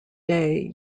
day